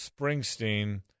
Springsteen